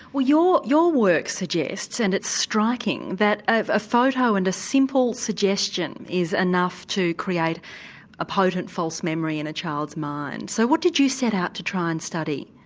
well your your work suggests, and it's striking, that a photo and a simple suggestion is enough to create a potent false memory in a child's mind. so what did you set out to try and study?